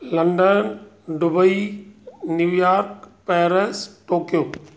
London Dubai New York Paris Tokyo